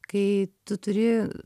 kai tu turi